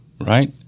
right